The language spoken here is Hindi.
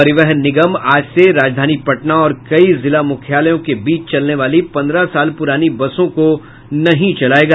परिवहन निगम आज से राजधानी पटना और कई जिला मुख्यालयों के बीच चलने वाली पंद्रह साल पुरानी बसों को नहीं चलायेगा